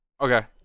Okay